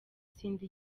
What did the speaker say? cindy